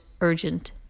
urgent